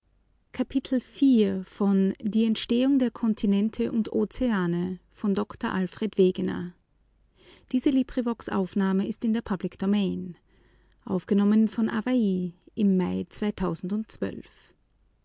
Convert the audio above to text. die entstehung der kontinente und ozeane by alfred